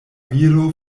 viro